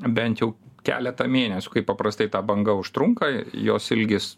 bent jau keletą mėnes paprastai ta banga užtrunka jos ilgis